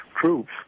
troops